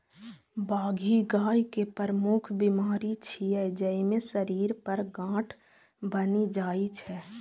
बाघी गाय के प्रमुख बीमारी छियै, जइमे शरीर पर गांठ बनि जाइ छै